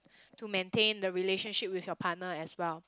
to maintain the relationship with your partner as well